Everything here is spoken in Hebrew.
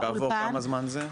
כעבור כמה זמן זה?